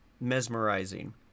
mesmerizing